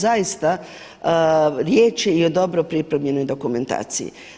Zaista riječ je i o dobro pripremljenoj dokumentaciji.